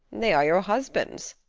they are your husband's,